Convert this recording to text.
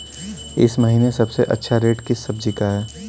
इस महीने सबसे अच्छा रेट किस सब्जी का है?